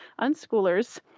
Unschoolers